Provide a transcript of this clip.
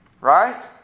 Right